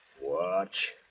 Watch